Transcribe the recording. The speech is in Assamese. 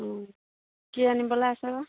কি আনিবলৈ আছে বা